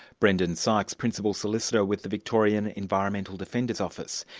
brendan sydes, principal solicitor with the victorian environmental defenders office,